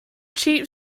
cheap